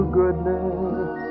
goodness